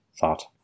thought